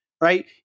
Right